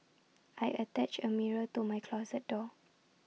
I attached A mirror to my closet door